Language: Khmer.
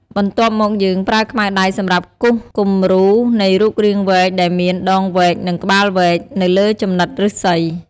បន្ទាប់់មកយើង ប្រើខ្មៅដៃសម្រាប់គូសគម្រូនៃរូបរាងវែក ដែលមាន ដងវែក និង ក្បាលវែក នៅលើចំណិតឫស្សី។